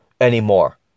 anymore